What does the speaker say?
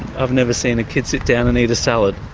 i've never seen a kid sit down and eat a salad.